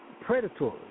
predatory